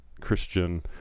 Christian